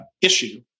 issue